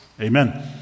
amen